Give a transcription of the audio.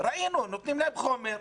אנחנו ראינו איך נותנים להם חומר,